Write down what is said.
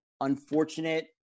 unfortunate